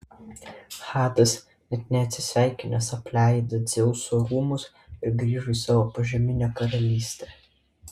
hadas net neatsisveikinęs apleido dzeuso rūmus ir grįžo į savo požeminę karalystę